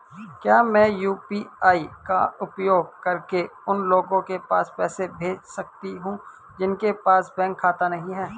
क्या मैं यू.पी.आई का उपयोग करके उन लोगों के पास पैसे भेज सकती हूँ जिनके पास बैंक खाता नहीं है?